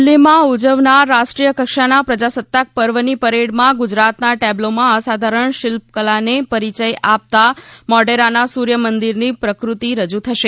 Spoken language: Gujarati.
દિલ્હીમાં ઉજવાનાર રાષ્ટ્રીય કક્ષાના પ્રજાસત્તાક પર્વની પરેડમાં ગુજરાતના ટેબ્લોમાં અસાધારણ શીલ્પકલાને પરિચય આપતા મોઢેરાના સૂર્યમંદિરની પ્રતિકૃતિ રજૂ થશે